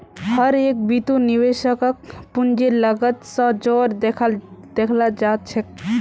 हर एक बितु निवेशकक पूंजीर लागत स जोर देखाला जा छेक